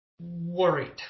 worried